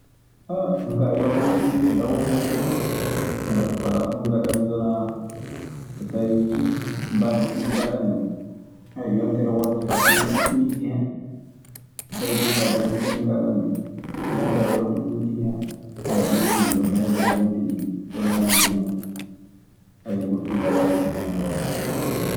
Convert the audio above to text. Ɗum kaa a wiyan won ko ɓuytii e dawol ngol tam, walaa fuu ko ngaɗammi. So wanaa tawii balɗe ɗiɗi ngaɗammi yontere wootere, ɓeydike, ɓuytike hen. So tawii jonkaa jonte tati ngaɗammi yontere wonnde ɓuytike hen; jonkaa heddoto jonte ɗiɗi eko nanndi e mum. goɗɗum kaa walaa tom ko neɗɗo watta ko ɓuri ɗum kaa.